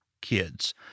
kids